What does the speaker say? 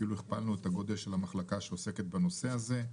אפילו הכפלנו את הגודל של המחלקה שעוסקת בנושא הזה.